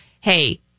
hey